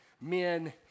men